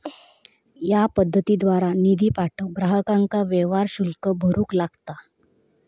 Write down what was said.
या पद्धतीद्वारा निधी पाठवूक ग्राहकांका व्यवहार शुल्क भरूक लागता